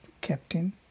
captain